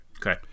Okay